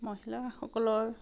মহিলাসকলৰ